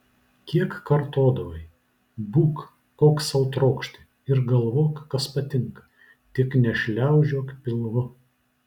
kiek kartodavai būk koks sau trokšti ir galvok kas patinka tik nešliaužiok pilvu